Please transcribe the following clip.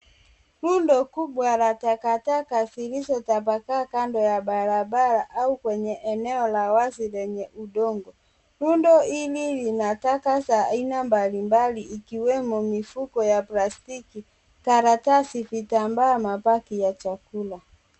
Rundo kubwa la takataka zilizotapakaa kando ya barabara au kwenye eneo la wazi lenye udongo. Rundo hili lina taka za aina mbalimbali ikiwemo mifuko ya plastiki, karatasi, vitambaa, mabaki ya chakula.